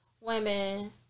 women